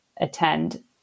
attend